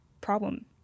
problem